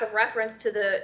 of reference to the